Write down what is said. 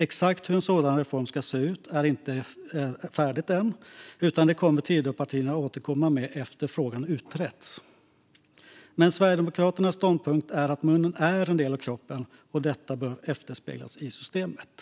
Exakt hur en sådan reform ska se ut är ännu inte färdigt, utan det kommer Tidöpartierna att återkomma med efter att frågan utretts. Men Sverigedemokraternas ståndpunkt är att munnen är en del av kroppen och att detta bör återspeglas i systemen.